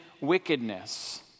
wickedness